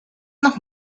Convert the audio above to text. noch